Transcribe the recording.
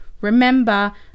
Remember